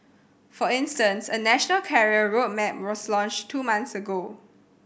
for instance a national career road map was launched two months ago